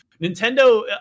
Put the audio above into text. Nintendo